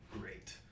great